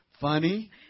funny